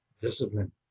discipline